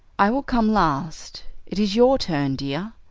i will come last. it is your turn, dear.